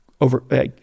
over